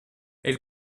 elle